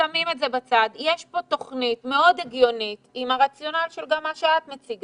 יש פה תוכנית מאוד הגיונית עם הרציונל שגם את מציגה,